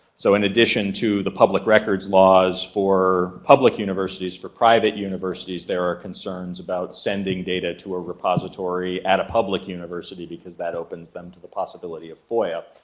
so in addition to the public records laws for public universities for private university, there are concerns about sending data to a repository at a public university because that opens them to the possibility of foia.